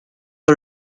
are